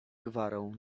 gwarą